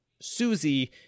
Susie